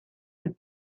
would